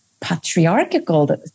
patriarchal